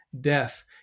death